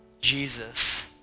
Jesus